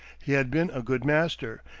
he had been a good master,